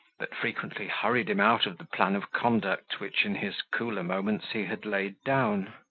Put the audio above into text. that frequently hurried him out of the plan of conduct which in his cooler moments he had laid down.